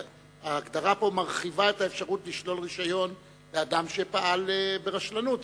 ההגדרה פה מרחיבה את האפשרות לשלול רשיון לאדם שפעל ברשלנות.